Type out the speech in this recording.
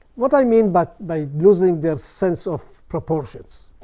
what i mean but by using their sense of proportions.